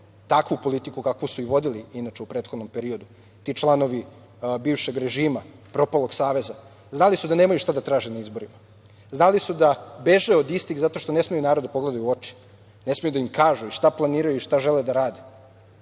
takvu politiku kakvu su vodili u prethodnom periodu, ti članovi bivšeg režima, propalog saveza, znali su da nemaju šta da traže na izborima. Znali su da beže od istih zato što ne smeju narod da pogledaju u oči, ne smeju da im kažu i šta planiraju i šta žele da rade.